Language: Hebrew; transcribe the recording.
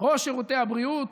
ראש שירותי הבריאות,